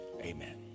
Amen